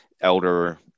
elder